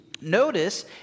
Notice